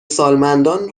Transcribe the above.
سالمندان